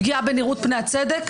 פגיעה בנראות פני הצדק,